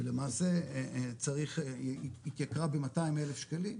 ולמעשה צריך, היא התייקרה ב-200 אלף שקלים,